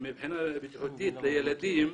מבחינה בטיחותית לילדים,